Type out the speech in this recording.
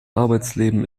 arbeitsleben